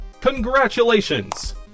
Congratulations